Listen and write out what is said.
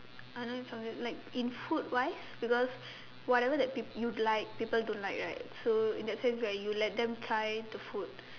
I don't have any like in food why because whatever that people you'd like people don't like right so in a sense that you let them try the food